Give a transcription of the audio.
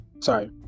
sorry